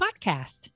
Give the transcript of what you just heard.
Podcast